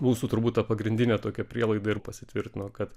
mūsųturbūt pagrindinė tokia prielaida ir pasitvirtino kad